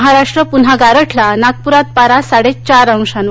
महाराष्ट्र प्न्हा गारठला नागप्रात पारा साडेचार अंशांवर